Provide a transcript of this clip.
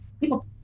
people